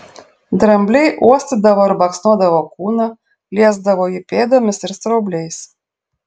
drambliai uostydavo ir baksnodavo kūną liesdavo jį pėdomis ir straubliais